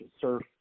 surf